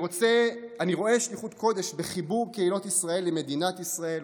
אני רואה שליחות קודש בחיבור קהילות ישראל למדינת ישראל,